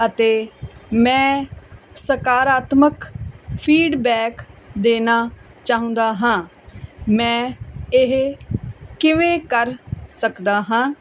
ਅਤੇ ਮੈਂ ਸਕਾਰਾਤਮਕ ਫੀਡਬੈਕ ਦੇਣਾ ਚਾਹੁੰਦਾ ਹਾਂ ਮੈਂ ਇਹ ਕਿਵੇਂ ਕਰ ਸਕਦਾ ਹਾਂ